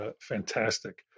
Fantastic